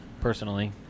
personally